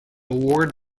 ward